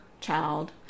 child